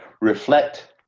reflect